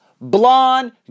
blonde